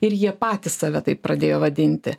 ir jie patys save taip pradėjo vadinti